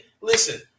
listen